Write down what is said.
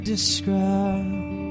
describe